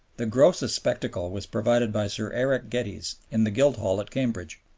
the grossest spectacle was provided by sir eric geddes in the guildhall at cambridge.